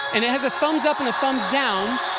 and it has a thumbs-up and a thumbs-down.